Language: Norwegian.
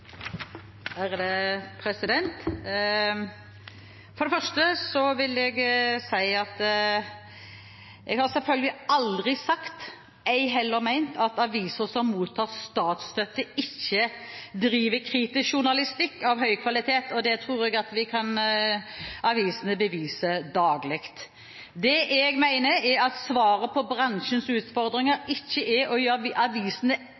For det første vil jeg si at jeg har selvfølgelig aldri sagt, ei heller ment, at aviser som mottar statsstøtte, ikke driver kritisk journalistikk av høy kvalitet. Det tror jeg at avisene beviser daglig. Det jeg mener, er at svaret på bransjens utfordringer ikke er å gjøre avisene